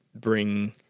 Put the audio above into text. bring –